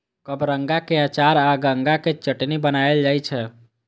कबरंगा के अचार आ गंगा के चटनी बनाएल जाइ छै